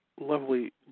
lovely